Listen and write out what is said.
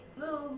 move